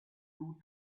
two